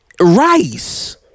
rice